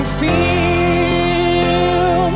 feel